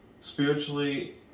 spiritually